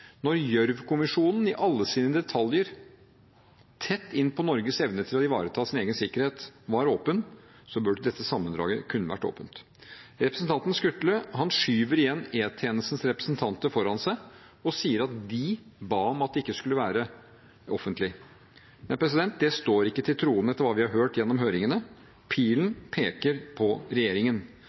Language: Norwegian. Når Gjørv-kommisjonen i alle sine detaljer – tett inn på Norges evne til å ivareta sin egen sikkerhet – var åpen, burde dette sammendraget kunne vært åpent. Representanten Skutle skyver igjen E-tjenestenes representanter foran seg og sier at de ba om at det ikke skulle være offentlig. Det står ikke til troende til hva vi har hørt gjennom høringene. Pilen peker på regjeringen.